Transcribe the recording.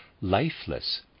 lifeless